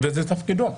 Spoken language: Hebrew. זה תפקידו,